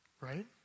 right